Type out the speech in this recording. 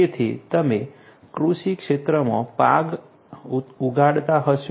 તેથી તમે કૃષિ ક્ષેત્રમાં પાક ઉગાડતા હશો